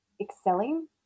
excelling